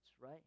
right